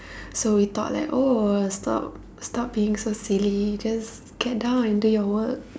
so we thought like oh stop stop being so silly just get down and do your work